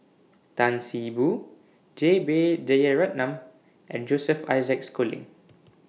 Tan See Boo J B Jeyaretnam and Joseph Isaac Schooling